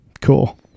Cool